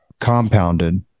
compounded